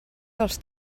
dels